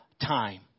time